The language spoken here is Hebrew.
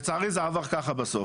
לצערי זה עבר ככה בסוף.